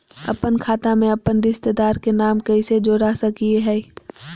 अपन खाता में अपन रिश्तेदार के नाम कैसे जोड़ा सकिए हई?